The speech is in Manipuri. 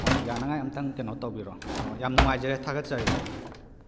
ꯍꯣꯏ ꯌꯥꯅꯉꯥꯏ ꯑꯝꯇꯪ ꯀꯩꯅꯣ ꯇꯧꯕꯤꯔꯣ ꯍꯣꯏ ꯌꯥꯝ ꯅꯨꯉꯥꯏꯖꯔꯦ ꯊꯥꯒꯠꯆꯔꯤ ꯑꯥ